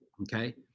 Okay